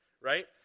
right